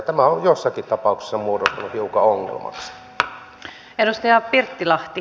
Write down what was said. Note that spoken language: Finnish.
tämä on joissakin tapauksissa muodostunut hiukan ongelmaksi